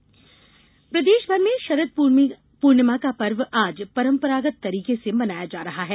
शरद प्रर्णिमा प्रदेशभर में शरद पूर्णिमा का पर्व आज परंपरागत तरीके से मनाया जा रहा है